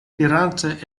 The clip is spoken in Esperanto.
dirante